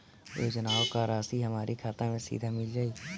योजनाओं का राशि हमारी खाता मे सीधा मिल जाई?